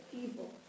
evil